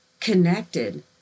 connected